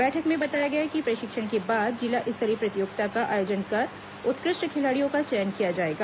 बैठक में बताया गया कि प्रशिक्षण के बाद जिला स्तरीय प्रतियोगिता का आयोजन कर उत्कृष्ट खिलाड़ियों का चयन किया जाएगा